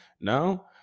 Now